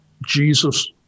jesus